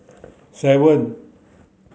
seven